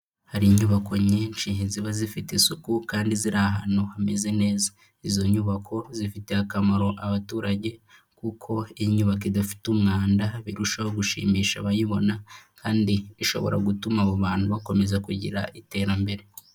Hari inyubako nyinshi ziba zifite isuku kandi ziri ahantu hameze neza. Izo nyubako zifitiye akamaro abaturage kuko inyubako idafite umwanda birushaho gushimisha abayibona kandi ishobora gutuma abo bantu bakomeza kugira iterambere.